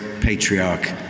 patriarch